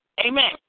amen